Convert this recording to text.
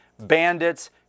Bandits